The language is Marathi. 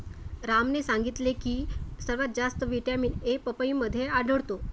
रामने सांगितले की सर्वात जास्त व्हिटॅमिन ए पपईमध्ये आढळतो